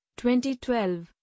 2012